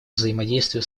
взаимодействию